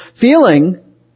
feeling